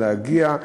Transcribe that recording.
להגיע,